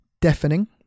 deafening